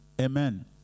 Amen